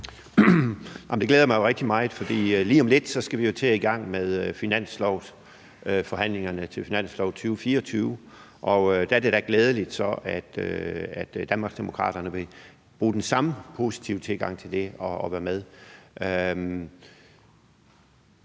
det glæder mig rigtig meget, for lige om lidt skal vi jo til at gå i gang med finanslovsforhandlingerne til finanslov 2024, og der er det da glædeligt, at Danmarksdemokraterne vil bruge den samme positive tilgang og være med.